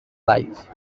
life